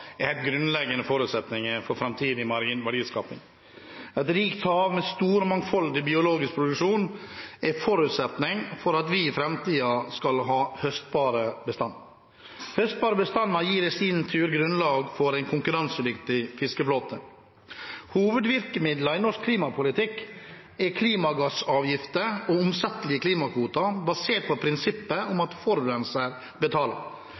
er grunnleggende forutsetninger for framtidig marin verdiskaping. Et rikt hav med stor og mangfoldig biologisk produksjon er en forutsetning for at vi i framtiden skal ha høstbare bestander. Høstbare bestander gir i sin tur grunnlag for en konkurransedyktig fiskeflåte. Hovedvirkemidlene i norsk klimapolitikk er klimagassavgifter og omsettelige klimakvoter, basert på prinsippet om at forurenser betaler.